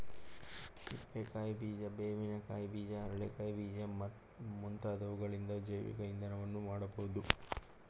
ಹಿಪ್ಪೆ ಕಾಯಿ ಬೀಜ, ಬೇವಿನ ಕಾಯಿ ಬೀಜ, ಅರಳೆ ಕಾಯಿ ಬೀಜ ಮುಂತಾದವುಗಳಿಂದ ಜೈವಿಕ ಇಂಧನವನ್ನು ಮಾಡಬೋದು